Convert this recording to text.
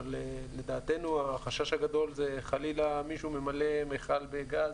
אבל לדעתנו החשש הגדול זה חלילה מישהו ממלא מיכל בגז,